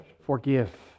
forgive